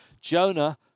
Jonah